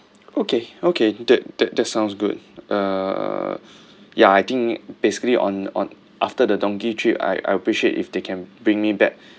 okay okay that that that sounds good uh ya I think basically on on after the donkey trip I I appreciate if they can bring me back